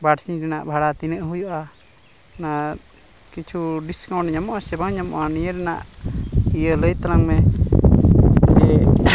ᱵᱟᱨᱥᱤᱧ ᱨᱮᱱᱟᱜ ᱵᱷᱟᱲᱟ ᱛᱤᱱᱟᱹᱜ ᱦᱩᱭᱩᱜᱼᱟ ᱚᱱᱟ ᱠᱤᱪᱷᱩ ᱰᱤᱥᱠᱟᱣᱩᱱᱴ ᱧᱟᱢᱚᱜᱼᱟ ᱥᱮ ᱵᱟᱝ ᱧᱟᱢᱚᱜᱼᱟ ᱱᱤᱭᱟᱹ ᱨᱮᱱᱟᱜ ᱤᱭᱟᱹ ᱞᱟᱹᱭ ᱛᱟᱞᱟᱝ ᱢᱮ ᱡᱮ